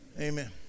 Amen